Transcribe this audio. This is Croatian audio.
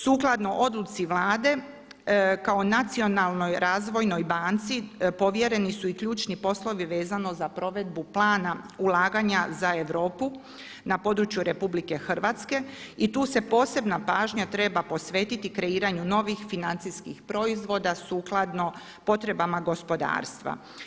Sukladno odluci Vlade kao nacionalnoj razvojnoj banci povjereni su i ključni poslovi vezano za provedbu plana ulaganja za Europu na području RH i tu se posebna pažnja treba posvetiti kreiranju novih financijskih proizvoda sukladno potrebama gospodarstva.